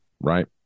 right